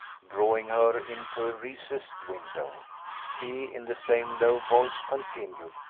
drawing her into a recessed window he in the same low voice continued,